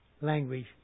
Language